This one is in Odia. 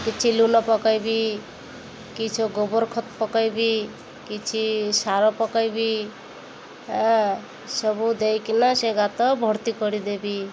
କିଛି ଲୁଣ ପକେଇବି କିଛି ଗୋବର ଖତ ପକେଇବି କିଛି ସାର ପକେଇବି ସବୁ ଦେଇକିନା ସେ ଗାତ ଭର୍ତ୍ତି କରିଦେବି